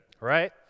Right